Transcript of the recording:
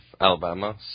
Alabama